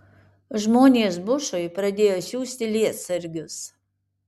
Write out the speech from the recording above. žmonės bushui pradėjo siųsti lietsargius